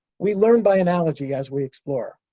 we learn by analogy as we explore.